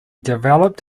developed